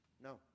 No